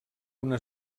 una